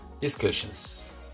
Discussions